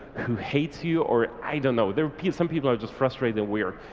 who hates you, or i don't know there appears some people are just frustrated weird.